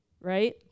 right